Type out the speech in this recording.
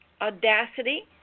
Audacity